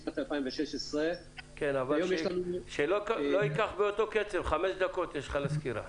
משנת 2016. חמש דקות יש לך לסקירה.